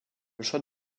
choix